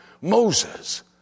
Moses